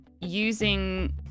using